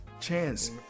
Chance